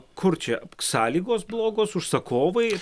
kur čia sąlygos blogos užsakovai